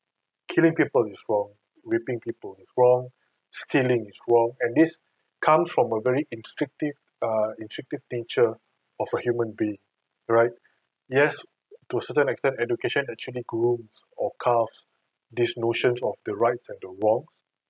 killing people is wrong raping people is wrong stealing is wrong and this comes from a very instinctive err instinctive nature of a human being right yes to a certain extent education actually grooms or carves this notions of the rights and the wrong